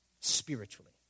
spiritually